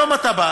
היום אתה בא